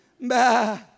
bah